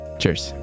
Cheers